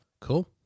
Cool